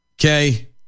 Okay